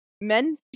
men